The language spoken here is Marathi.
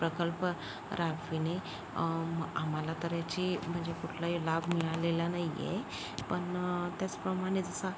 प्रकल्प राबविणे आम्हाला तर ह्याची म्हणजे कुठलाही लाभ मिळालेला नाही आहे पण त्याचप्रमाणे जसा